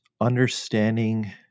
understanding